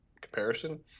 comparison